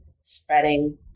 spreading